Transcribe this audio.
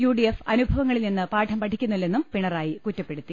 U D F അനുഭവങ്ങളിൽ നിന്ന് പാഠം പഠിക്കുന്നില്ലെന്നും പിണ റായി കുറ്റപ്പെടുത്തി